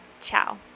ciao